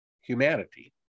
humanity